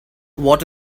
what